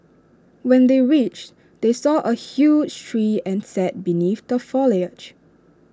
when they reached they saw A huge tree and sat beneath the foliage